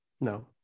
No